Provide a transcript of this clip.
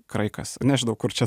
kraikas nežinau kur čia